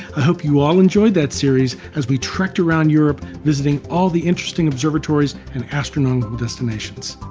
i hope you all enjoyed that series as we trekked around europe visiting all the interesting observatories and astronomical destinations.